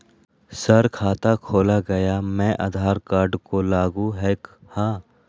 Sir खाता खोला गया मैं आधार कार्ड को लागू है हां?